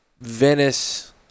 Venice